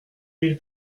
mille